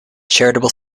charitable